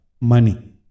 money